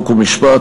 חוק ומשפט,